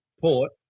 Port